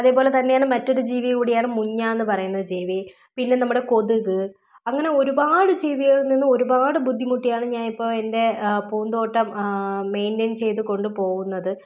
അതേപോലെ തന്നെയാണ് മറ്റൊരു ജീവി കൂടിയാണ് മുഞ്ഞ എന്ന് പറയുന്ന ജീവി പിന്നെ നമ്മുടെ കൊതുക് അങ്ങനെ ഒരുപാട് ജീവികളിൽ നിന്ന് ഒരുപാട് ബുദ്ധിമുട്ടിയാണ് ഞാനിപ്പോൾ എൻ്റെ പൂന്തോട്ടം മെയിന്റയിൻ ചെയ്തു കൊണ്ടു പോകുന്നത്